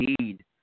need